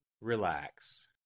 Relax